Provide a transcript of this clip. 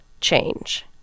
change